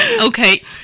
Okay